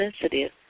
sensitive